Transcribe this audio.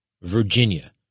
Virginia